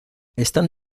están